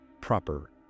proper